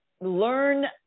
Learn